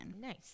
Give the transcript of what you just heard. Nice